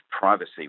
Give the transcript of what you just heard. privacy